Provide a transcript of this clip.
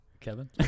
Kevin